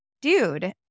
dude